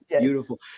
Beautiful